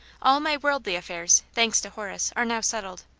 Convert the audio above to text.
all my worldly affairs, thanks to horace, are now settled.